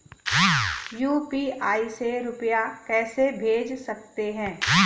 UPI से रुपया कैसे भेज सकते हैं?